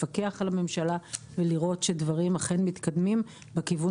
לפקח על הממשלה ולראות שדברים אכן מתקדמים בכיוון